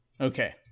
Okay